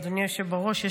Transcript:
אדוני היושב בראש,